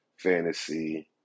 Fantasy